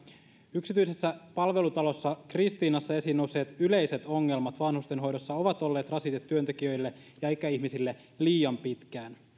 yksityisessä palvelutalossa kristiinassa esiin nousseet yleiset ongelmat vanhustenhoidossa ovat olleet rasite työntekijöille ja ikäihmisille liian pitkään